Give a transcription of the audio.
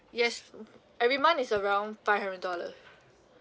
yes every month is around five hundred dollar